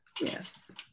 Yes